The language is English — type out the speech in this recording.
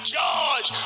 George